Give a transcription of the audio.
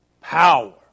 power